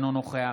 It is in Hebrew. אינו נוכח